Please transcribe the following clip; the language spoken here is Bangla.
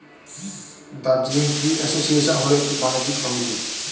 দার্জিলিং টি অ্যাসোসিয়েশন হল একটি বাণিজ্য সমিতি